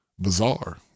bizarre